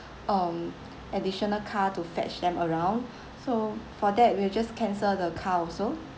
um additional car to fetch them around so for that we'll just cancel the car also